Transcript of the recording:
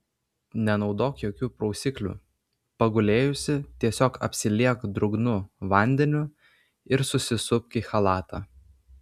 nenaudok jokių prausiklių pagulėjusi tiesiog apsiliek drungnu vandeniu ir susisupk į chalatą